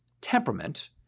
temperament